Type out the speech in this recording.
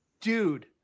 Dude